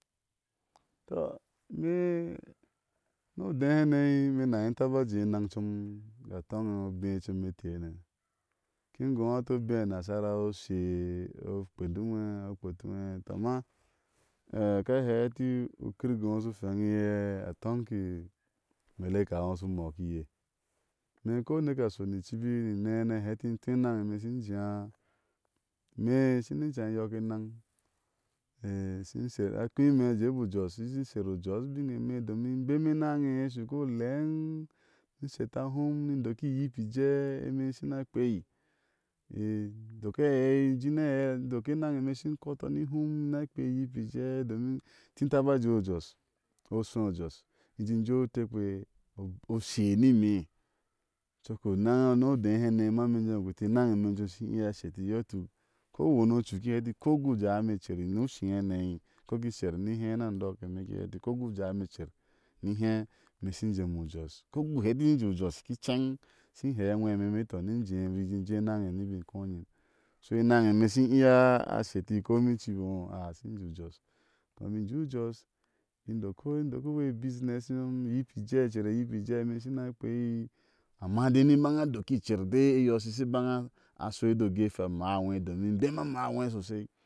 Tɔ hme ni odé hané ime inahi taba jé enaŋcom ga toŋe obé o com ete né. i gó a hɛti obé anasara o she o kpea tuŋwe o kpea tuŋwe, amma e a aka hɛti ukirigó iŋo u shu hweŋ e iye a toŋu umaleka iŋo u shu mɔko iye ni ko uneke a shɔni icibi nine ni a hɛti enaŋe meishi. jééa ime i shini can yɔke naŋ shi sher a kui ime a jebi u jos i shi sher u jos biŋe ime, domin imbema eneŋe e ye shiu ko leŋ. ishi sheta hum ni idoki iyibije ime shiraa kpeai i indok aɛi in jin aɛi ndok enaŋe imeshi inkɔtɔ ni hum ina kpea iyibije domin inti taba jéé o jos o shúi jos. in jéi jee itekpe o she ni ime. coko onaŋ ni odé hane ma ime jé goti enane eme com ishi iya a sheti. iyotuk, kowani ucu, iki hɛti ko ugu jawi ime cer ni ushin hane koigin sher ni hé ni án dɔke ime iki hɛti ko ugu jawi ime icer ni hé biki shi jémiu jos, ko ugu hɛti in jééu u jos. ki ceŋ ishi hɛa a ŋwhɛ ime meti tɔ ni injé bikin jei jé enaŋe ni hibiŋ inkó nyim. so enaŋ ime ishi iya a sheti, komi icibi ino a ishi injé u jos. ime i bik jé u jos, indok kaindok u business inyom iyibije icere iyibije ime ishina kpea ye, amma déi, ni ibana a doki icer dei e yɔ ishi shi baŋa a shiɔ de gefe a amaa ŋwhɛ domi imdema a maa ŋwhe sosai.